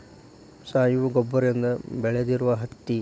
ಸಾವಯುವ ಗೊಬ್ಬರದಿಂದ ಬೆಳದಿರು ಹತ್ತಿ